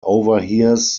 overhears